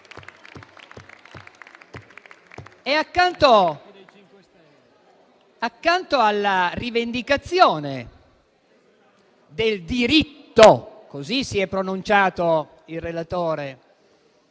sentito la rivendicazione del diritto - così si è pronunciato il relatore